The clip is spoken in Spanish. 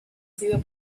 sido